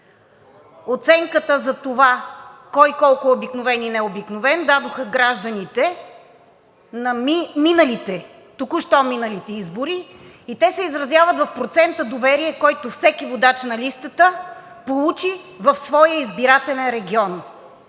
Оценката за това кой колко е обикновен и необикновен дадоха гражданите на току-що миналите избори и те се изразяват в процента доверие, който всеки водач на листата получи в своя избирателен регион.